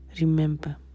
remember